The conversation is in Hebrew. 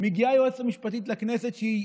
מגיעה היועצת המשפטית לכנסת, שהיא